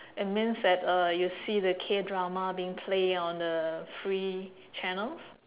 it means that uh you see the Kdrama being play on the free channels